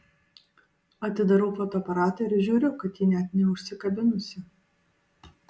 atidarau fotoaparatą ir žiūriu kad ji net neužsikabinusi